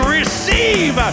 receive